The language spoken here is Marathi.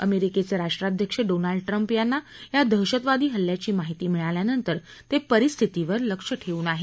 अमेरिकेषे राष्ट्राध्यक्ष डोनाल्ड ट्रम्प यांना या दहशतवादी हल्ल्याची माहिती मिळाल्यानंतर ते परिस्थितीवर लक्ष ठेवून आहेत